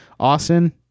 Austin